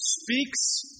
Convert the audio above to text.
speaks